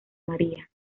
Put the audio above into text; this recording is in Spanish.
maria